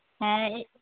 ᱦᱮᱸ